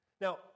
Now